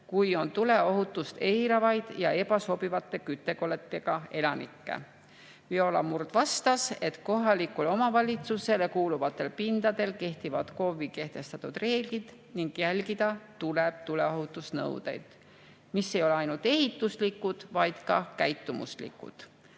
kui on tuleohutust eiravaid ja ebasobivate küttekolletega elanikke. Viola Murd vastas, et kohalikule omavalitsusele kuuluvatel pindadel kehtivad KOV-i kehtestatud reeglid ning jälgida tuleb tuleohutusnõudeid, mis ei ole ainult ehituslikud, vaid ka käitumuslikud.